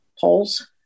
polls